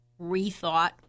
rethought